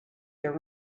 your